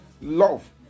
love